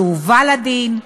שהובא לדין,